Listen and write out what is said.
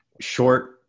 short